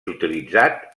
utilitzat